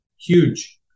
huge